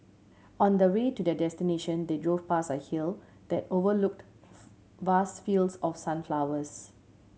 on the way to their destination they drove past a hill that overlooked vast fields of sunflowers